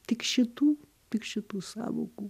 tik šitų tik šitų sąvokų